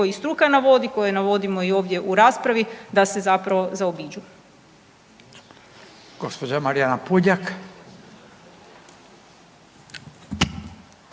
koje i struka navodi, koje navodimo i ovdje u raspravi da se zapravo zaobiđu.